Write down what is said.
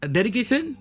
Dedication